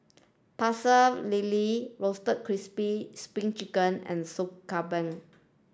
Pecel Lele roasted crispy spring chicken and Sop Kambing